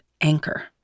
Anchor